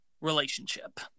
relationship